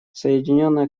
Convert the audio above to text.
соединенное